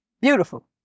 beautiful